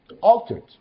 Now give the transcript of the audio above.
altered